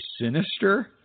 sinister